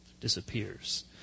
disappears